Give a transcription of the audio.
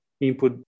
input